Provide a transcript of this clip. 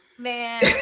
Man